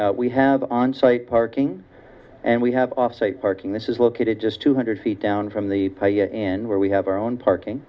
outside we have onsite parking and we have offsite parking this is located just two hundred feet down from the end where we have our own parking